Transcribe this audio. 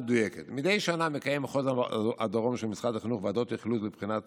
מדי שנה מקיים מחוז הדרום של משרד החינוך ועדות אכלוס לבחינת